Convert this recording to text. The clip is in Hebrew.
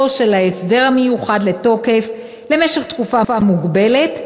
של ההסדר המיוחד לתוקף למשך תקופה מוגבלת,